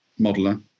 modeler